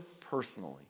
personally